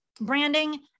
branding